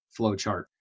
flowchart